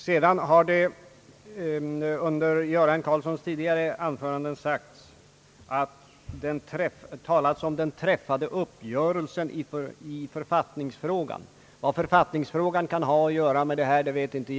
Vidare har herr Göran Karlsson i tidigare anföranden talat om den träffade uppgörelsen i författningsfrågan. Vad författningsfrågan kan ha att göra med detta vet jag inte.